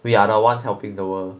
we are the ones helping the world